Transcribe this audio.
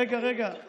רגע, רגע.